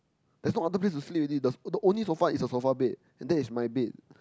there's no other place to sleep already the the only sofa is the sofa bed and that is my bed